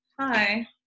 hi